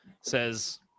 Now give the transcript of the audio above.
says